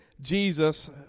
Jesus